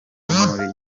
muri